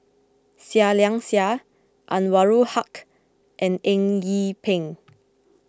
Seah Liang Seah Anwarul Haque and Eng Yee Peng